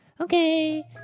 Okay